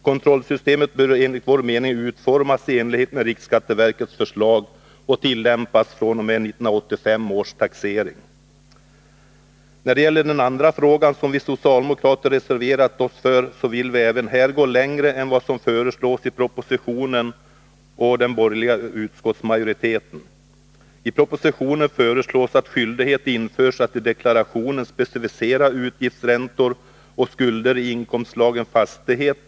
Kontrollsystemet bör enligt vår mening utformas i enlighet med riksskatieverkets förslag och tillämpas fr.o.m. 1985 års taxering. När det gäller den andra frågan, som vi socialdemokrater reserverat oss för, vill vi även här gå längre än vad som föreslås i propositionen och av den borgerliga utskottsmajoriteten. I propositionen föreslås att skyldighet införs att i deklarationen specificera utgiftsräntor och skulder i inkomstslagen fastighet.